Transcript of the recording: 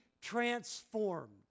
transformed